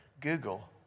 Google